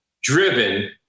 driven